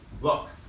Look